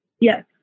Yes